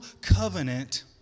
covenant